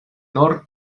nord